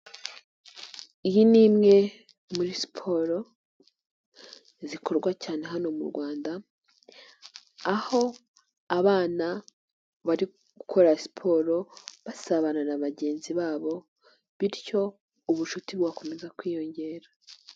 Iyi ni imwe muri siporo zikorwa cyane hano mu Rwanda, aho abana bari gukora siporo basabana na bagenzi babo, bityo ubucuti bugakomeza kwiyongera.